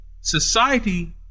society